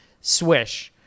swish